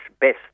best